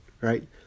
right